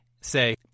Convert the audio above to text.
say